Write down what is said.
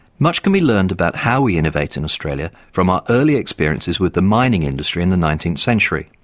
much can be learned about how we innovate in australia from our early experiences with the mining industry in the nineteenth century.